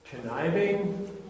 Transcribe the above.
conniving